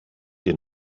dir